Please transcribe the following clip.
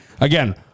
Again